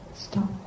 stop